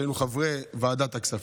חברי ועדת הכספים,